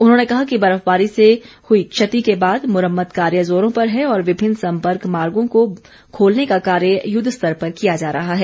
उन्होंने कहा कि बर्फबारी से हुई क्षति के बाद मुरम्मत कार्य जोरों पर है और विमिन्न सम्पर्क मार्गों को खोलने का कार्य युद्धस्तर पर किया जा रहा है